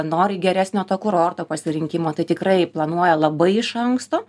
nori geresnio to kurorto pasirinkimo tai tikrai planuoja labai iš anksto